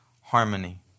harmony